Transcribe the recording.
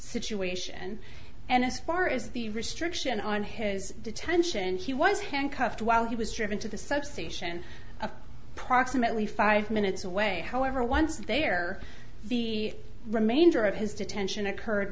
situation and as far as the restriction on his detention he was handcuffed while he was driven to the substation proximately five minutes away however once there the remainder of his detention occurred